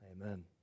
Amen